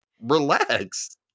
relax